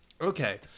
okay